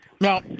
No